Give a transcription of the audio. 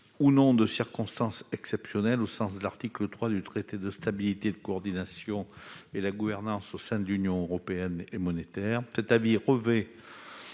ou non, de circonstances exceptionnelles au sens de l'article 3 du Traité sur la stabilité, la coordination et la gouvernance au sein de l'Union économique et monétaire